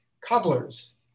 cobblers